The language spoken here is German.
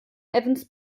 evans